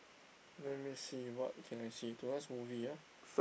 let me see what can I see to watch movie ah